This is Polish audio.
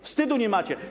Wstydu nie macie.